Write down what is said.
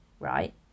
right